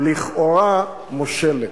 לכאורה מושלת.